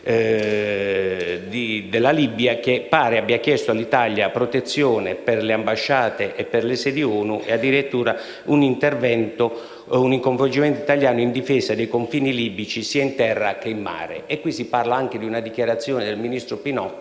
Santa Sede, che pare abbia chiesto all'Italia protezione per le ambasciate e per le sedi ONU e addirittura un coinvolgimento italiano in difesa dei confini libici, sia in terra che in mare e si parla anche di una dichiarazione del ministro Pinotti